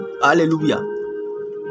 hallelujah